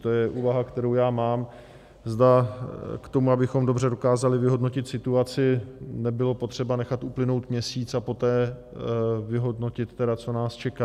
To je úvaha, kterou já mám, zda k tomu, abychom dobře dokázali vyhodnotit situaci, nebylo potřeba nechat uplynout měsíc a poté vyhodnotit tedy, co nás čeká.